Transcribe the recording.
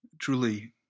truly